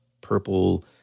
purple